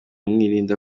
mwirinda